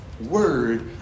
word